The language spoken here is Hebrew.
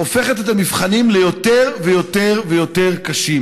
הופכת את המבחנים ליותר ויותר ויותר קשים,